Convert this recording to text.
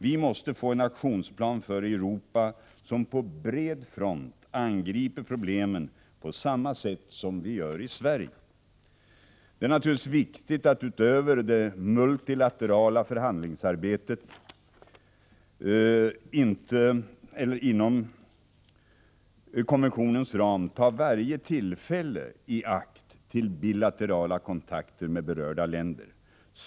Vi måste få en aktionsplan för Europa som på bred front angriper problemen på samma sätt som vi gör i Sverige. Det är naturligtvis viktigt att utöver det multilaterala förhandlingsarbetet inom konventionens ram ta varje tillfälle i akt till bilaterala kontakter med berörda länder.